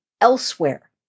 elsewhere